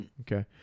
okay